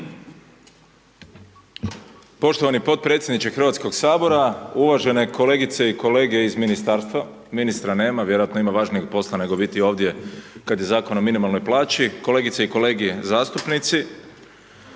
Poštovani podpredsjedniče Hrvatskog sabora, uvažene kolegice i kolege iz ministarstva, ministra nema vjerojatno ima važnijeg posla nego biti ovdje kad je Zakon o minimalnoj plaći. Kolegice i kolege zastupnici,